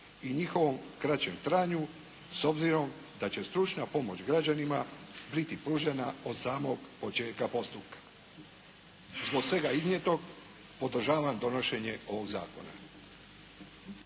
i njihovom kraćem trajanju s obzirom da će stručna pomoć građanima biti pružena od samog početka postupka. Zbog svega iznijetog podržavam donošenje ovog zakona.